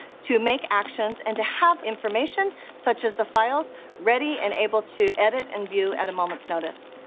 to make actions, and to have information such as the files ready and able to edit and view at a moment's notice,